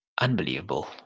Unbelievable